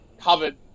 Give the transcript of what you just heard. covered